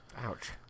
Ouch